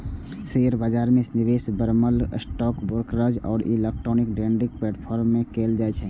share बाजार मे निवेश बरमहल स्टॉक ब्रोकरेज आ इलेक्ट्रॉनिक ट्रेडिंग प्लेटफॉर्म सं कैल जाइ छै